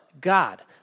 God